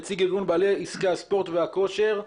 נציג ארגון בלי עסקי הספורט והכושר.